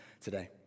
today